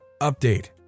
Update